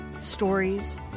stories